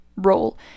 role